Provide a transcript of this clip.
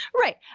Right